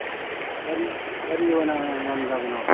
ꯎꯝ ꯀꯔꯤ ꯀꯔꯤ ꯑꯣꯏꯅ ꯉꯝꯗꯕꯅꯣ